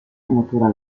matura